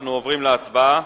אנחנו עוברים להצבעה.